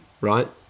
right